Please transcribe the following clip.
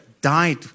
died